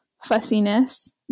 fussiness